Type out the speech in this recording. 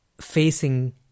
facing